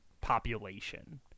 population